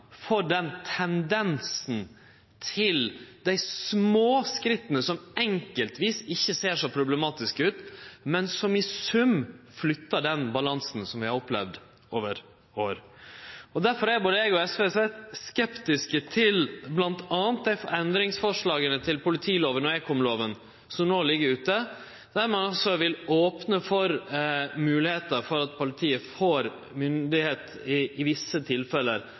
den tendensen til dei små skritta som enkeltvis ikkje ser så problematiske ut, men som i sum flyttar den balansen som vi har opplevd over fleire år. Derfor er både eg og SV svært skeptiske til bl.a. dei endringsforslaga til politilova og ekomlova som no ligg ute, der ein altså vil opne for moglegheiter til at politiet i visse tilfelle får